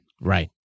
Right